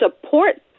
support